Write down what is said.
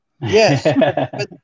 Yes